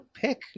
pick